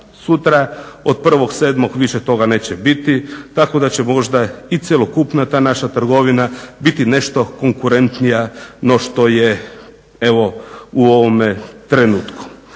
sutra od 1.07. više toga neće biti tako da će možda i cjelokupna ta naša trgovina biti nešto konkurentnija no što je evo u ovome trenutku.